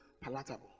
palatable